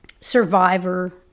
Survivor